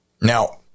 Now